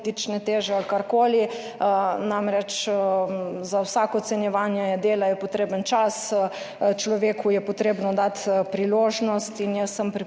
politične teže ali karkoli. Namreč, za vsako ocenjevanje dela je potreben čas. Človeku je potrebno dati priložnost, in jaz sem prepričana,